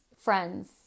friends